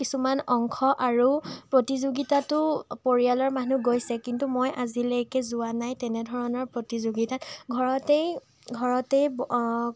কিছুমান অংশ আৰু প্ৰতিযোগিতাতো পৰিয়ালৰ মানুহ গৈছে কিন্তু মই আজিলৈকে যোৱা নাই তেনেধৰণৰ প্ৰতিযোগিতাত ঘৰতেই ঘৰতেই